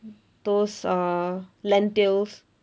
those err lentils